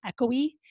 echoey